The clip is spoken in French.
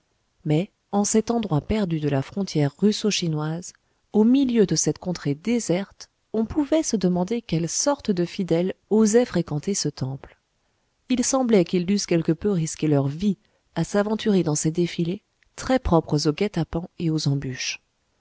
mais en cet endroit perdu de la frontière russo chinoise au milieu de cette contrée déserte on pouvait se demander quelle sorte de fidèles osaient fréquenter ce temple il semblait qu'ils dussent quelque peu risquer leur vie à s'aventurer dans ces défilés très propres aux guet-apens et aux embûches